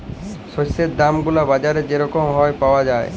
শস্যের দাম গুলা বাজারে যে রকম হ্যয় পাউয়া যায়